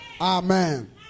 Amen